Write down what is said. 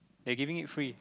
they give me free